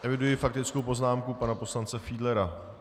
Eviduji faktickou poznámku pana poslance Fiedlera.